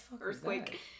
Earthquake